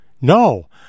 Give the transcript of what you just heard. No